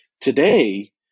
Today